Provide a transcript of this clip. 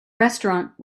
restaurant